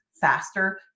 faster